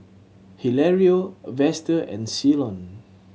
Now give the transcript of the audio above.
Hilario Vester and Ceylon